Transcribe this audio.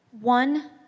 one